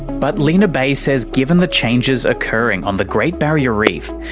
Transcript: but line bay says given the changes occurring on the great barrier reef,